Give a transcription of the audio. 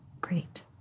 Great